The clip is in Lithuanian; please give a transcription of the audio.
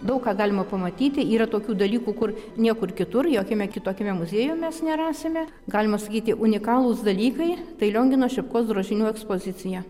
daug ką galima pamatyti yra tokių dalykų kur niekur kitur jokiame kitokiame muziejuje mes nerasime galima sakyti unikalūs dalykai tai liongino šepkos drožinių ekspozicija